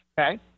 Okay